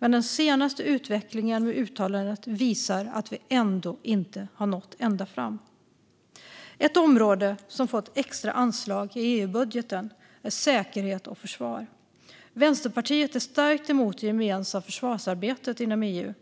Men den senaste utvecklingen och uttalandet visar att vi ändå inte har nått ända fram. Ett område som fått extra anslag i EU-budgeten är säkerhet och försvar. Vänsterpartiet är starkt emot det gemensamma försvarsarbetet inom EU.